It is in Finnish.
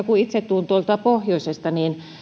kun itse tulen tuolta pohjoisesta niin